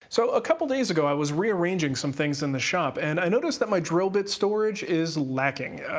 so a couple days ago i was rearranging some things in the shop, and i noticed that my drill bit storage is lacking.